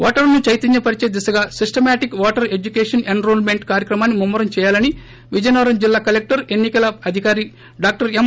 ఓటరును చైతన్న పరిచే దిశగా systematic voter education enrolment కార్యక్రమాన్ని ముమ్మ రం చేయాలని విజయనగరం జిల్లా కలెక్టర్ ఎన్ని కల అధికారి డా ఎం